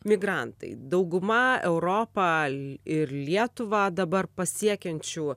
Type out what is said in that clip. migrantai dauguma europą ir lietuvą dabar pasiekiančių